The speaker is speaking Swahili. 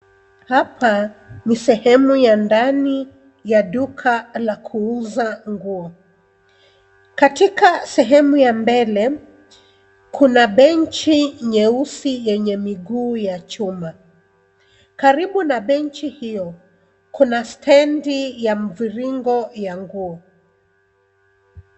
Hapa ni sehemu ya ndani ya duka la kuuza nguo. Katika sehemu ya mbele kuna benji nyeusi yenye miguu ya chuma. Karibu na benji hiyo kuna stedi ya mviringo ya nguo.